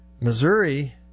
Missouri –